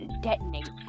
detonate